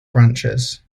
branches